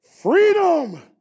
Freedom